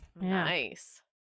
Nice